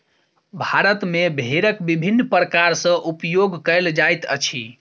भारत मे भेड़क विभिन्न प्रकार सॅ उपयोग कयल जाइत अछि